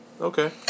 okay